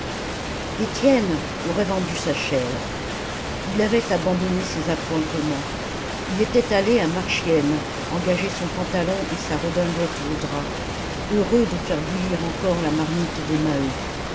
étienne aurait vendu sa chair il avait abandonné ses appointements il était allé à marchiennes engager son pantalon et sa redingote de drap heureux de faire bouillir encore la marmite des maheu